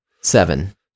seven